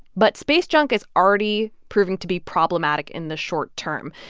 but space junk is already proving to be problematic in the short term.